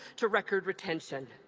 to record retention.